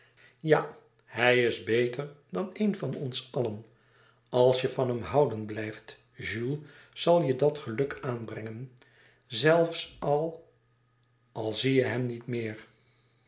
ja hij is beter dan een van ons allen als je van hem houden blijft jules zal je dat geluk aanbrengen zelfs al al zie je hem niet meer